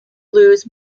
blues